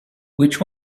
which